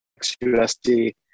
XUSD